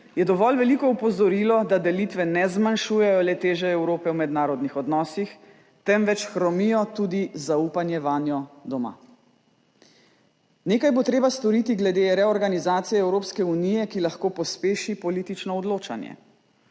je dovolj veliko opozorilo, da delitve ne zmanjšujejo le teže Evrope v mednarodnih odnosih, temveč hromijo tudi zaupanje vanjo doma. Nekaj bo treba storiti glede reorganizacije Evropske unije, ki lahko pospeši politično odločanje.